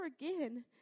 again